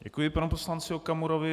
Děkuji panu poslanci Okamurovi.